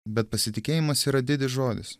bet pasitikėjimas yra didis žodis